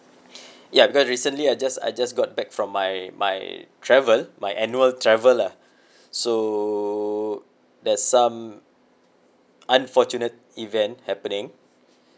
ya because recently I just I just got back from my my travel my annual travel lah so there's some unfortunate event happening